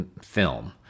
film